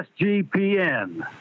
SGPN